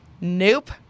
Nope